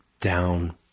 down